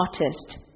artist